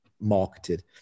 marketed